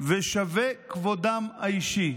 ושווה כבודם האישי".